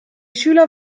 schüler